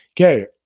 Okay